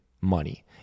money